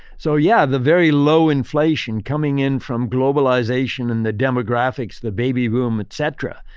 so yeah, the very low inflation coming in from globalization and the demographics, the baby boom, et cetera,